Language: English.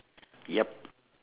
yup